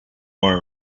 more